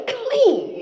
clean